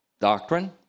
Doctrine